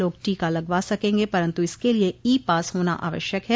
लोग टीका लगवा सकेंगे परन्तु इसके लिए ई पास होना आवश्यक है